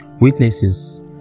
witnesses